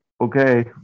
Okay